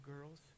girls